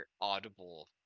audible